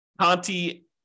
Conti